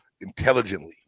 intelligently